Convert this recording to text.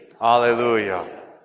Hallelujah